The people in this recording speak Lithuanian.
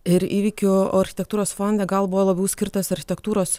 ir įvykių architektūros fonde gal buvo labiau skirtas architektūros